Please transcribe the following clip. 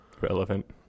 Relevant